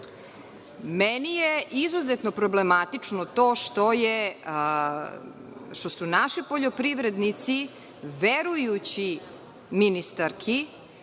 je izuzetno problematično to što su naši poljoprivrednici verujući ministarki